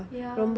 ya